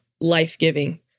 life-giving